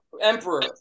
emperor